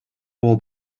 wall